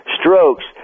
strokes